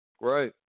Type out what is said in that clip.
right